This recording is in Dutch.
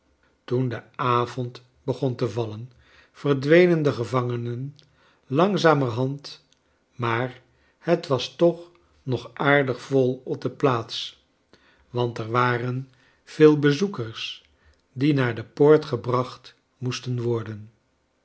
teen de avond begon te vallen verdwenende gevangenen langzamerha nd maar het was toch nog oaidig vol op de plaats want er warm vcol charles dickens bezoekers die naar de poort gebracht moestea wordert